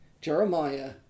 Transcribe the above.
Jeremiah